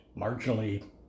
marginally